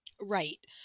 Right